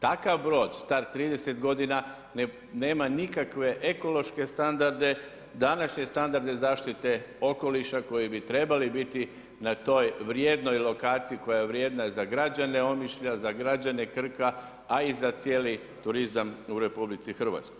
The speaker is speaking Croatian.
Takav brod star 30 godina nema nikakve ekološke standarde, današnje standarde zaštite okoliša koji bi trebali biti na toj vrijednoj lokaciji koja je vrijedna za građane Omišlja, za građane Krka, a i za cijeli turizam u RH.